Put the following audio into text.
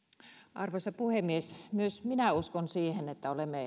arvoisa puhemies myös minä uskon siihen että olemme